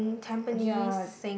ya